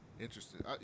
interesting